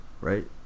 right